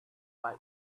bike